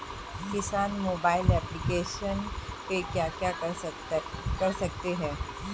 किसान mobile application पे क्या क्या कर सकते हैं?